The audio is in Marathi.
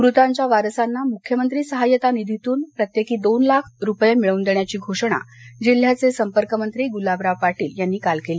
मृतांच्या वारसांना मुख्यमंत्री सहायता निधीतून प्रत्येकी दोन लाख रूपये मिळवून देण्याची घोषणा जिल्ह्याचे संपर्क मंत्री गुलाबराव पाटील यांनी काल केली